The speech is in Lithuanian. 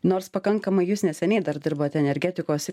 nors pakankamai jūs neseniai dar dirbate energetikos